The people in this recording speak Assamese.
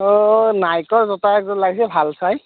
অঁ নাইকৰ জোতা একযোৰ লাগিছিল ভাল চাই